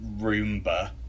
Roomba